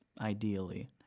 ideally